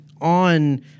on